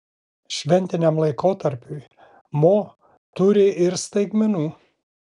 šventiniam laikotarpiui mo turi ir staigmenų